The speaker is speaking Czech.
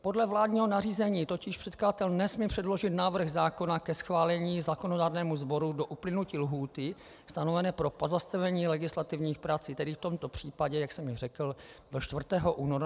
Podle vládního nařízení totiž předkladatel nesmí předložit návrh zákona ke schválení zákonodárnému sboru do uplynutí lhůty stanovené pro pozastavení legislativních prací, tedy v tomto případě, jak jsem již řekl, do 4. února 2016.